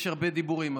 יש הרבה דיבורים,